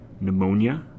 pneumonia